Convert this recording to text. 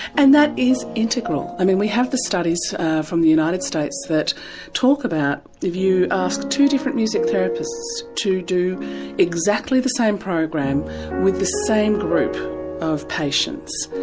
and that is integral, i mean we have the studies from the united states that talk about, if you ask two different music therapists to do exactly the same program with the same group of patients,